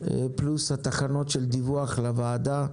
פלוס התקנות של דיווח לוועדה,